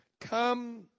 Come